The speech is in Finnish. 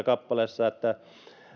kappaleessa keskellä